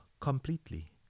completely